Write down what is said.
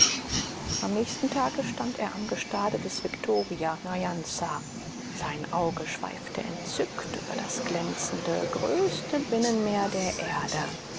am nächsten tage stand er am gestade des viktoria nyansa sein auge schweifte entzückt über das glänzende größte binnenmeer der erde